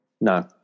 No